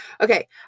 okay